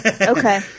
Okay